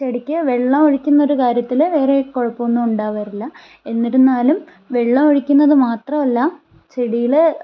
ചെടിക്ക് വെള്ളം ഒഴിക്കുന്ന ഒരു കാര്യത്തിൽ വേറെ കുഴപ്പമൊന്നും ഉണ്ടാവാറില്ല എന്നിരുന്നാലും വെള്ളം ഒഴിക്കുന്നത് മാത്രമല്ല ചെടിയിൽ